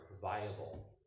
viable